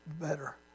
better